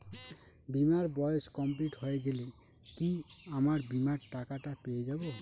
বীমার বয়স কমপ্লিট হয়ে গেলে কি আমার বীমার টাকা টা পেয়ে যাবো?